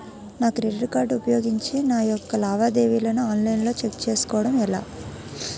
నా credit card ఉపయోగించి నా యెక్క లావాదేవీలను ఆన్లైన్ లో చేసుకోవడం ఎలా?